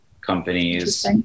Companies